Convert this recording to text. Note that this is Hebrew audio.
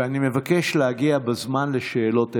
ואני מבקש להגיע בזמן לשאלות המשך.